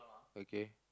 okay